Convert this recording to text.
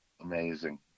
amazing